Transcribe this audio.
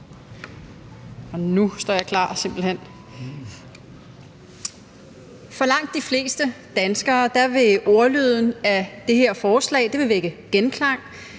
For langt de fleste danskere vil ordlyden af det her forslag vække genklang.